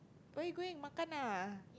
where you going makan ah